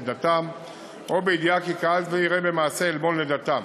דתם או בידיעה כי קהל זה יראה במעשה עלבון לדתם.